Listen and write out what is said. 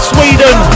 Sweden